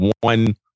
one